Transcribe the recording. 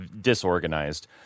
disorganized